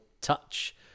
touch